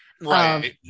right